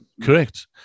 Correct